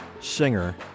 singer